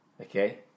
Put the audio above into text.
okay